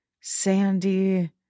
Sandy